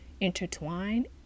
intertwine